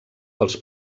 pels